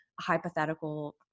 hypothetical